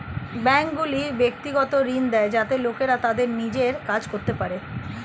ব্যাঙ্কগুলি ব্যক্তিগত ঋণ দেয় যাতে লোকেরা তাদের নিজের কাজ করতে পারে